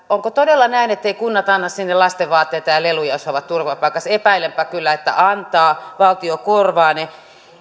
onko todella näin etteivät kunnat anna lastenvaatteita ja leluja jos he ovat turvapaikassa epäilenpä kyllä että antavat ja valtio korvaa ne